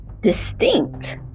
distinct